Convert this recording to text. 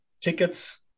tickets